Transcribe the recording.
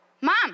Mom